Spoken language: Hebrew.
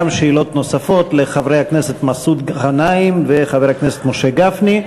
גם שאלות נוספות לחבר הכנסת מסעוד גנאים וחבר הכנסת משה גפני.